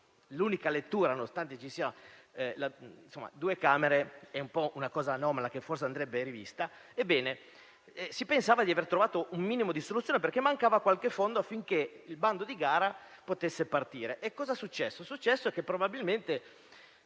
un'unica lettura, nonostante ci siano due Camere, è una cosa anomala che forse andrebbe rivista - si pensava di aver trovato un minimo di soluzione perché mancava qualche fondo affinché il bando di gara potesse partire. È successo che probabilmente